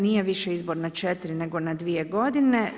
Nije više izbor na 4, nego na 2 godine.